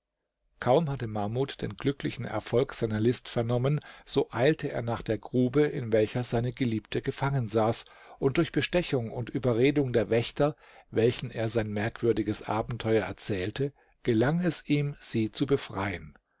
kaum hatte mahmud den glücklichen erfolg seiner list vernommen so eilte er nach der grube in welcher seine geliebte gefangen saß und durch bestechung und überredung der wächter welchen er sein merkwürdiges abenteuer erzählte gelang es ihm sie zu befreien